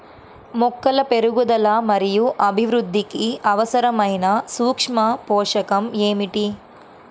మొక్కల పెరుగుదల మరియు అభివృద్ధికి అవసరమైన సూక్ష్మ పోషకం ఏమిటి?